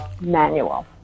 Manual